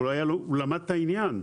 אבל הוא למד את העניין.